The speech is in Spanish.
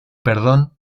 perdón